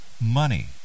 money